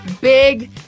big